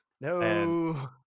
no